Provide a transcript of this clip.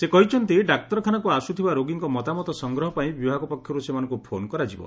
ସେ କହିଛନ୍ତି ଡାକ୍ତରଖାନାକ୍ ଆସ୍ଥିବା ରୋଗୀଙ୍ ମତାମତ ସଂଗ୍ରହ ପାଇଁ ବିଭାଗ ପକ୍ଷରୁ ସେମାନଙ୍ଙୁ ଫୋନ୍ କରାଯିବ